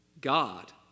God